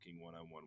one-on-one